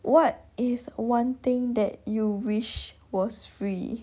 what is one thing that you wish was free